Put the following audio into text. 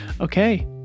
Okay